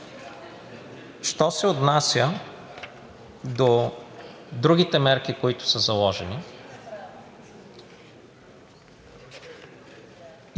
Що се отнася до другите мерки, които са заложени,